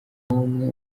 umwe